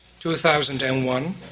2001